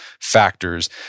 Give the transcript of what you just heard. factors